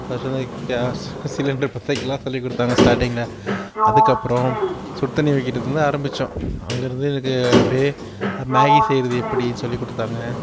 first வந்து gas cylinder பற்ற வைக்கலாம் சொல்லி கொடுத்தாங்க ஸ்டார்டிங்கில் அதுக்கப்புறம் சுடு தண்ணி வைக்குறதுலேருந்து ஆரம்பித்தோம் அங்கிருந்து எனக்கு அப்படியே அப்புறம் மேகி செய்கிறது எப்படின்னு சொல்லி கொடுத்தாங்க